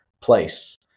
place